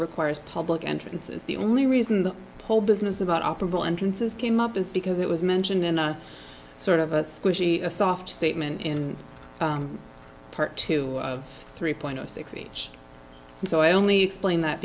requires public entrances the only reason the whole business about operable entrances came up is because it was mentioned in a sort of a squishy soft statement in part two three point zero six each so i only explained that